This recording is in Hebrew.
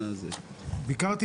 ביקרתי